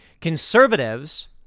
conservatives